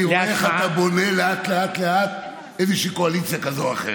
אני רואה איך אתה בונה לאט לאט לאט איזושהי קואליציה כזאת או אחרת.